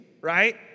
right